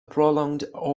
prolonged